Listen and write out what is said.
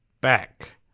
Back